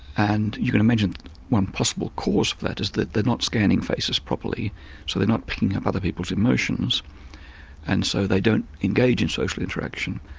and you can imagine one possible cause for that is that they're not scanning faces properly, so they're not picking up other people's emotions and so they don't engage in social interaction.